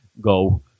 go